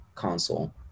console